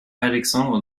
alexandre